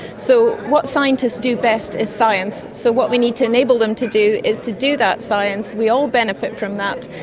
so what scientists do best is science, so what we need to enable them to do is to do that science, we all benefit from that,